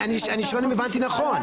אני שואל אם הבנתי נכון.